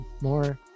more